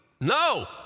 No